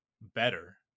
better